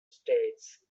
states